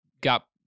got